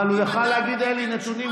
אבל הוא יכול היה להגיד: אין לי נתונים.